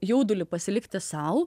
jaudulį pasilikti sau